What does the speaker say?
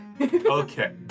Okay